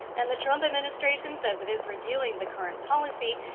and the trump administration says it is reviewing the current policy,